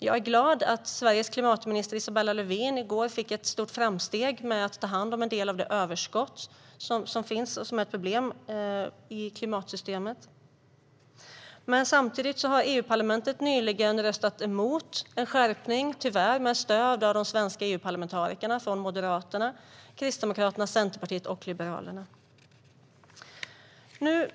Jag är glad att Sveriges klimatminister Isabella Lövin i går gjorde ett stort framsteg i fråga om att ta hand om en del av det överskott som finns och som är ett problem i klimatsystemet. Europaparlamentet har dock nyligen röstat emot en skärpning, tyvärr med stöd av de svenska EU-parlamentarikerna från Moderaterna, Kristdemokraterna, Centerpartiet och Liberalerna.